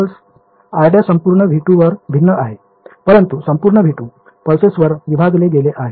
r′ संपूर्ण V2 वर भिन्न आहे परंतु संपूर्ण V2 पल्सेसवर विभागले गेले आहे